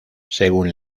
según